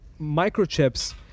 microchips